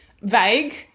vague